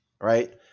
Right